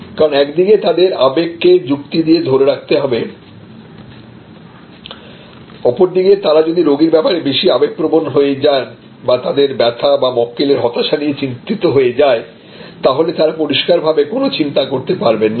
কারণ একদিকে তাদের আবেগ কে যুক্তি দিয়ে ধরে রাখতে হবে অপরদিকে তারা যদি রোগীর ব্যাপারে বেশি আবেগপ্রবণ হয়ে যায় বা তাদের ব্যথা বা মক্কেলের হতাশা নিয়ে চিন্তিত হয়ে যায় তাহলে তারা পরিষ্কারভাবে কোন চিন্তা করতে পারবেনা